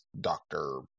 doctor